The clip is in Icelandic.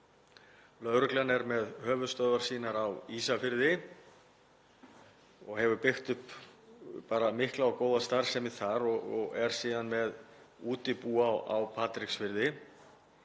lögreglan er með höfuðstöðvar sínar á Ísafirði og hefur byggt upp mikla og góða starfsemi þar og er síðan með útibú á Patreksfirði.